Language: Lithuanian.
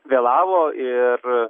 vėlavo ir